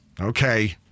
Okay